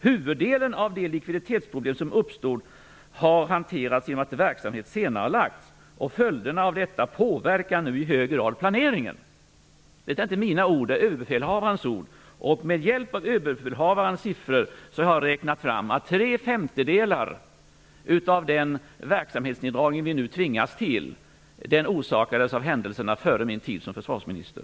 Huvuddelen av de likviditetsproblem som uppstod har hanterats genom att verksamhet senarelades. Följderna av detta påverkar nu i hög grad planeringen." Detta är inte mina ord. Det är Överbefälhavarens ord. Med hjälp av Överbefälhavarens siffror har jag räknat fram att tre femtedelar av den verksamhetsneddragning som vi nu tvingas till orsakades av händelserna före min tid som försvarsminister.